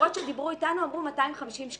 החברות שדיברו אתנו אמרו 250 שקלים.